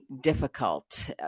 difficult